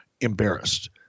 embarrassed